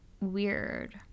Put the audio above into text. weird